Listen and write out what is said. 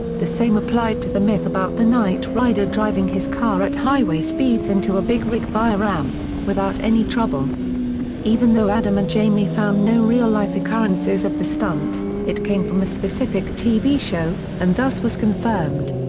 the same applied to the myth about the knight rider driving his car at highway speeds into a big rig via ramp, without any trouble even though adam and jamie found no real-life occurrences of the stunt, it came from a specific tv show, and thus was confirmed.